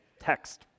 text